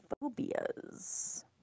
phobias